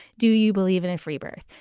do you believe in a free birth?